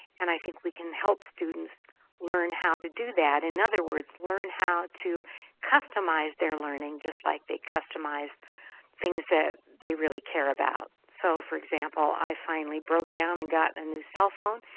and i think we can help students learn how to do that, in other words learn how to customize their learning just like they customize things that they really care about. so for example, i finally broke down and got and a new cell phone.